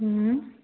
ऊँ